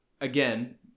again